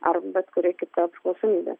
ar bet kuri kita priklausomybė